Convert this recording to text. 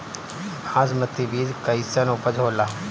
बासमती बीज कईसन उपज होला?